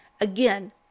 Again